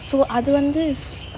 so other than this